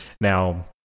Now